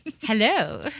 Hello